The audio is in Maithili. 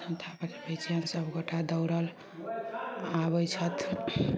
न्योता पठबय छियनि सभगोटा दौड़ल आबय छथि